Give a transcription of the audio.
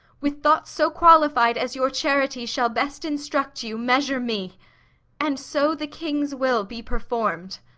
with thoughts so qualified as your charities shall best instruct you, measure me and so the king's will be perform'd!